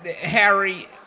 Harry